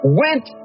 went